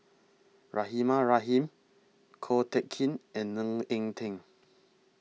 Rahimah Rahim Ko Teck Kin and Ng Eng Teng